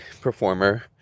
performer